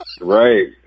right